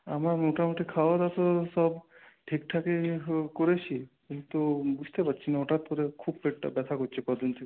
আমার মোটামুটি খাওয়া দাওয়া তো সব ঠিকঠাকই করেছি কিন্তু বুঝতে পারছি না হঠাৎ করে খুব পেটটা ব্যথা করছে কদিন থেকে